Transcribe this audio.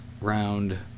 round